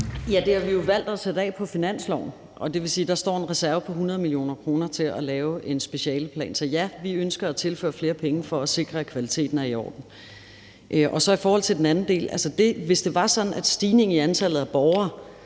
Det har vi jo valgt at sætte af på finansloven, og det vil sige, at der står en reserve på 100 mio. kr. til at lave en specialeplan. Så ja, vi ønsker at tilføre flere penge for at sikre, at kvaliteten er i orden. I forhold til den anden del vil jeg sige, at hvis det var sådan, at stigningen i antallet af borgere,